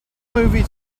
movie